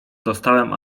dostałem